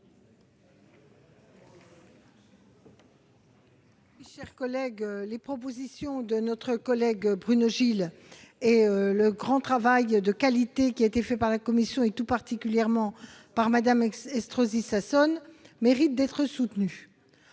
Les propositions de notre collègue Bruno Gilles et le travail de grande qualité fait par la commission, tout particulièrement par Mme Estrosi Sassone, méritent d'être soutenus.